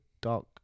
dark